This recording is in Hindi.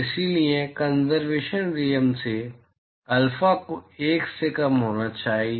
इसलिए कंसरवेशन नियम से अल्फा को 1 से कम होना चाहिए